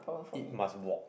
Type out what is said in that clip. it must walk